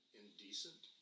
indecent